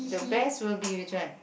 the best will be which one